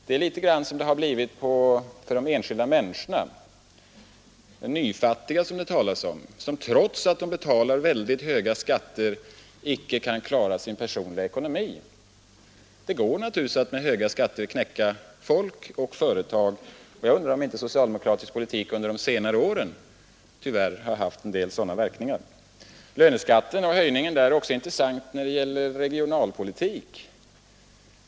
Det är litet som det har blivit för de enskilda människorna, de nyfattiga som det talas om, som trots att de betalar väldigt höga skatter icke kan klara sin personliga ekonomi. Det går naturligtvis att med höga skatter knäcka folk och företag, och jag undrar om inte socialdemokratisk politik under de senare åren tyvärr har haft en del sådana verkningar. Höjningen av löneskatten är också intressant när det gäller regionalpolitiken.